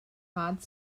hard